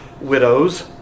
widows